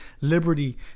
liberty